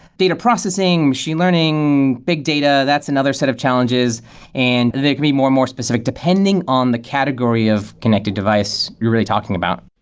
data processing, machine learning, big data, that's another set of challenges and they can be more and more specific, depending on the category of connected device you're really talking about